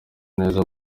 neza